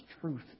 truth